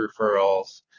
referrals